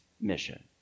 mission